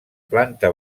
planta